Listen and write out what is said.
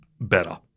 better